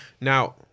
Now